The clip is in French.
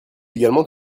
également